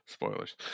Spoilers